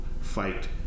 fight